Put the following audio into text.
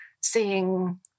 seeing